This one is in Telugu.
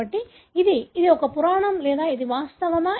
కాబట్టి ఇది ఇది ఇది ఒక పురాణం లేదా ఇది వాస్తవమా